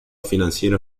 financiero